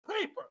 paper